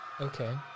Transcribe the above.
Okay